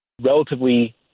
relatively